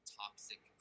toxic